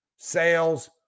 Sales